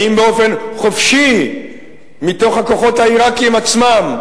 האם באופן חופשי מתוך הכוחות העירקיים עצמם?